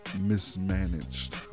mismanaged